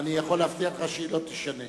אני יכול להבטיח שהיא לא תישנה.